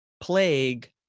plague